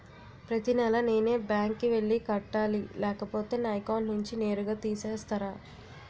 ప్రతి నెల నేనే బ్యాంక్ కి వెళ్లి కట్టాలి లేకపోతే నా అకౌంట్ నుంచి నేరుగా తీసేస్తర?